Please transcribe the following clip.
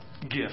gift